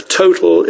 total